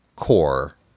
Core